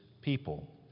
people